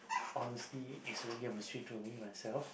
honestly it's really a mystery to me myself